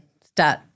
start